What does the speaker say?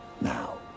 Now